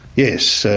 yes. so